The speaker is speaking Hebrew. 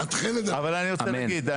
אבל אני רוצה להגיד,